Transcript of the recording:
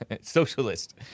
Socialist